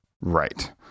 right